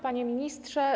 Panie Ministrze!